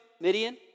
Midian